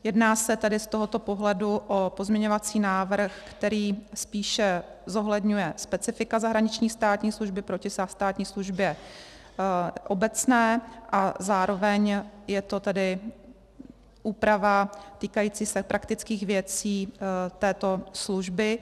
Jedná se tedy z tohoto pohledu o pozměňovací návrh, který spíše zohledňuje specifika zahraniční státní služby proti státní službě obecné, a zároveň je to úprava týkající se praktických věcí této služby.